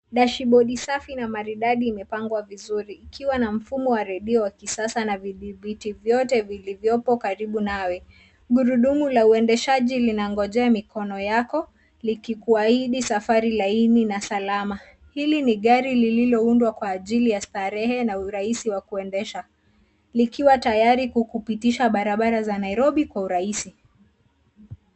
Dashibodi safi na maridadi imepangwa vizuri ikiwa na mfumo wa redio wa kisasa na vidhibiti vyote vilivyopo karibu nawe ,gurudumu la uendeshaji linangojea mikono yako likikuahidi safari laini na salama ,hili ni gari lililoundwa kwa ajili ya starehe na urahisi wa kuendesha likiwa tayari kukupitisha barabara za Nairobi kwa urahisi.